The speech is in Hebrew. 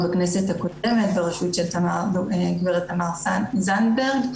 בכנסת הקודמת בראשות גברת תמר זנדברג,